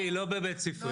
רותי, לא בבית ספרי.